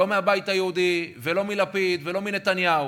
לא מהבית היהודי ולא מלפיד ולא מנתניהו,